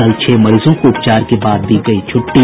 कल छह मरीजों को उपचार के बाद दी गयी छुट्टी